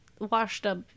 washed-up